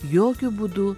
jokiu būdu